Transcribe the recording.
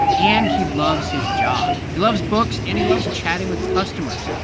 and he loves his job. he loves books, and he loves chatting with customers.